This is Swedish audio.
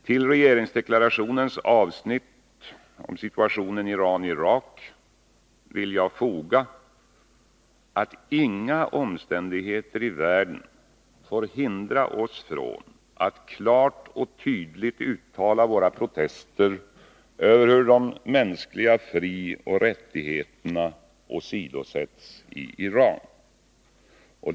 Till regeringsdeklarationens avsnitt om situationen Iran-Irak vill jag foga, att inga omständigheter i världen får hindra oss från att klart och tydligt uttala våra protester över hur de mänskliga frioch rättigheterna åsidosätts i Iran.